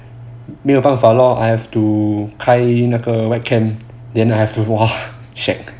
没有办法 lor I have to 开那个 webcam then I have to do lor shag